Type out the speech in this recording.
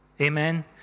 Amen